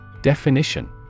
Definition